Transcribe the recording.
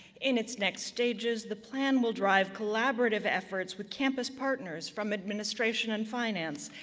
in its next stages, the plan will drive collaborative efforts with campus partners from administration and finance,